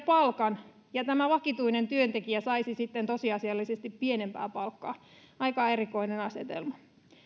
palkan kun tämä vakituinen työntekijä saisi sitten tosiasiallisesti pienempää palkkaa aika erikoinen asetelma